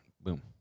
boom